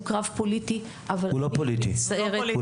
הוא קרב פוליטי -- הוא לא פוליטי, הוא לא פוליטי.